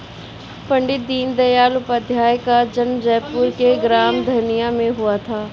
पण्डित दीनदयाल उपाध्याय का जन्म जयपुर के ग्राम धनिया में हुआ था